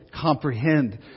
comprehend